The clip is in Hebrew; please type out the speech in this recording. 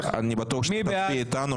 אני בטוח שתצביע איתנו.